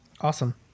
Awesome